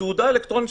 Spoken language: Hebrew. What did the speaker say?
התעודה האלקטרונית,